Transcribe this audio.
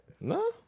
No